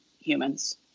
humans